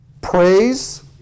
Praise